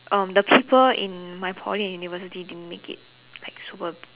um the people in my Poly and university didn't make it like super